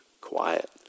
quiet